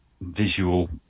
visual